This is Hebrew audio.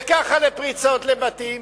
וככה לפריצות לבתים,